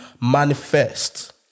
manifest